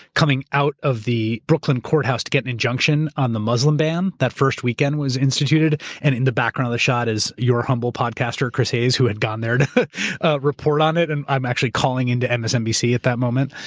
coming out of the brooklyn courthouse to get an injunction on the muslim ban that first weekend it was instituted. and in the background of the shot is your humble podcaster, chris hayes, who had gone there to ah report on it. and i'm actually calling into and msnbc at that moment.